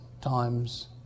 times